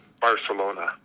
Barcelona